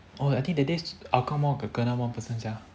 oh I think that day hougang mall got kena one person sia